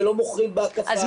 שלא מוכרים בהקפה.